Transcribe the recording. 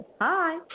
Hi